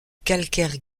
calcaire